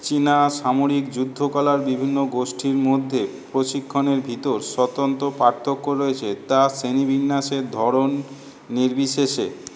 চীনা সামরিক যুদ্ধকলার বিভিন্ন গোষ্ঠীর মধ্যে প্রশিক্ষণের ভিতর স্বতন্ত্র পার্থক্য রয়েছে তা শ্রেণিবিন্যাসের ধরন নির্বিশেষে